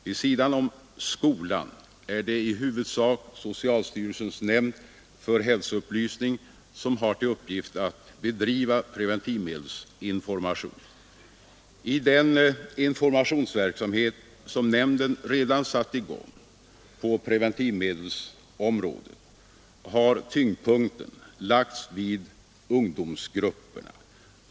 Vid sidan om skolan är det i huvudsak socialstyrelsens nämnd för hälsoupplysning som har till uppgift att bedriva preventivmedelsinformation. I den informationsverksamhet som nämnden redan satt i gång på preventivmedelsområdet har tyngdpunkten lagts vid ungdomsgrupperna.